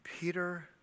Peter